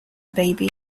baby